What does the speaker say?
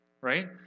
right